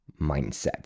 mindset